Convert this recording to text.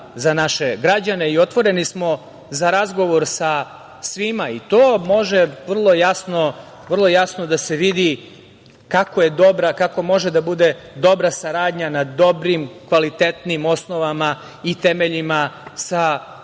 za naše građane i otvoreni smo za razgovor sa svima. To može vrlo jasno da se vidi kako je dobra, kako može da bude dobra saradnja na dobrim, kvalitetnim osnovama i temeljima i